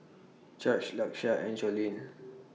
Jorge Lakeshia and Jolene